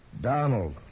Donald